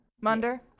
Munder